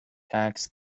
tax